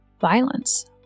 violence